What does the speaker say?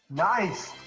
nice.